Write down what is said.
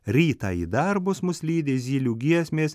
rytą į darbus mus lydi zylių giesmės